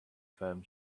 firm